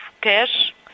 cash